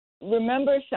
remember